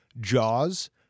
Jaws